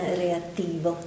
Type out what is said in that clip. reattivo